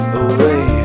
away